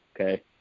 Okay